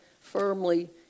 firmly